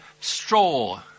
straw